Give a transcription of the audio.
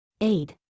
Aid